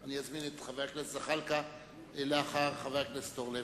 לכן אני אזמין את חבר הכנסת זחאלקה לאחר חבר הכנסת אורלב.